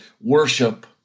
worship